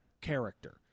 character